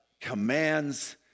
commands